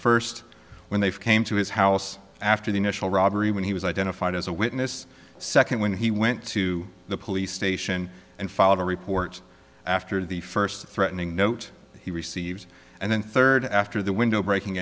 first when they came to his house after the initial robbery when he was identified as a witness second when he went to the police station and followed a report after the first threatening note he received and then third after the window breaking